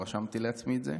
רשמתי לעצמי את זה: